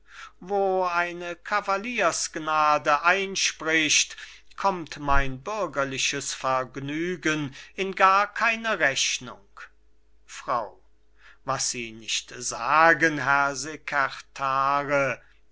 wo eine cavaliersgnade einspricht kommt mein bürgerliches vergnügen in gar keine rechnung frau was sie nicht sagen herr